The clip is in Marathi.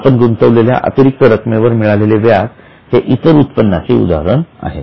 आपण गुंतविलेल्या अतिरिक्त रकमेवर मिळालेले व्याज हे इतर उत्पन्नाचे उदाहरण आहे